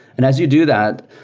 and as you do that,